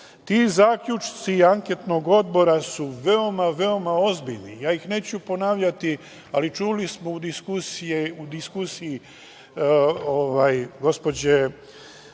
Ti zaključci anketnog odbora su veoma, veoma ozbiljni i ja ih neću ponavljati, ali čuli smo u diskusiji gospođe